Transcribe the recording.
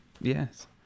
yes